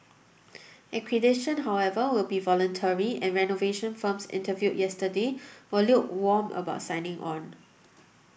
accreditation however will be voluntary and renovation firms interviewed yesterday were lukewarm about signing on